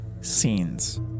scenes